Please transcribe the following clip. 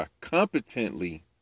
competently